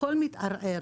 הכל מתערער.